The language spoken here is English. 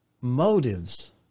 motives